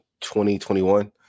2021